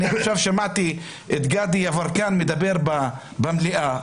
אני עכשיו שמעתי את גדי יברקן מדבר במליאה,